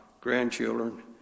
grandchildren